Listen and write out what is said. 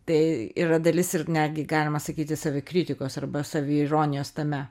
tai yra dalis ir netgi galima sakyti savikritikos arba saviironijos tame